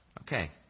Okay